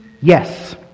yes